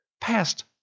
past